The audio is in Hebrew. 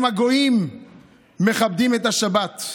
גם הגויים מכבדים את השבת.